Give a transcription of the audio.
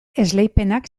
esleipenak